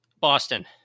Boston